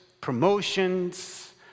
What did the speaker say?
Promotions